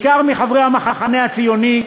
בעיקר מחברי המחנה הציוני,